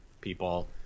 people